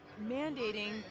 mandating